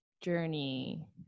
journey